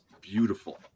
beautiful